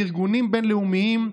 בארגונים בין-לאומיים,